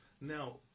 now